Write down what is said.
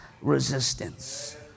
resistance